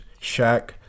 Shaq